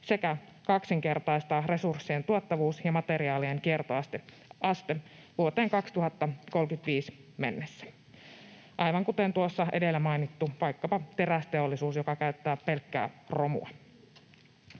sekä kaksinkertaistaa resurssien tuottavuus ja materiaalien kiertoaste vuoteen 2035 mennessä — aivan kuten vaikkapa tuossa edellä mainittu terästeollisuus, joka käyttää pelkkää romua.